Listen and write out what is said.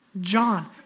John